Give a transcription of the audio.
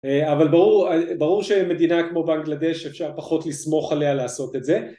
אבל ברור שמדינה כמו באנגלדש אפשר פחות לסמוך עליה לעשות את זה